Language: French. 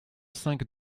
cinq